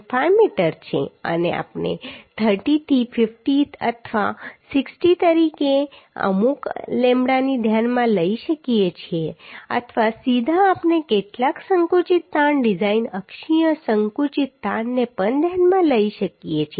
5 metre છે અને આપણે 30 થી 50 અથવા 60 તરીકે અમુક લેમ્બડાને ધ્યાનમાં લઈ શકીએ છીએ અથવા સીધા આપણે કેટલાક સંકુચિત તાણ ડિઝાઇન અક્ષીય સંકુચિત તાણને પણ ધ્યાનમાં લઈ શકીએ છીએ